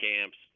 camps